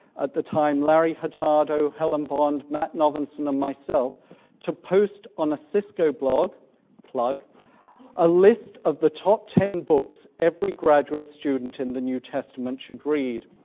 at the time larry hurtado, helen bond, matt novenson and myself to post on a cisco blog blog a list of the top ten books every graduate student in the new testament should read.